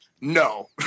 no